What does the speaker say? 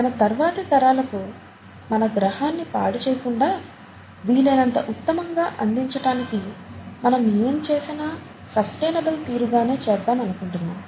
మన తర్వాతి తరాలకి మన గ్రహాన్ని పాడుచేయకుండా వీలైనంత ఉత్తమంగా అందించటానికి మనం ఏం చేసినా సస్టైనబుల్ తీరుగానే చేద్దాం అనుకుంటున్నాము